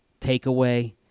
takeaway